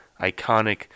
iconic